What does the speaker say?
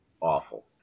awful